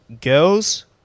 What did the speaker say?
girls